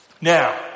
Now